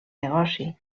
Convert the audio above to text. negoci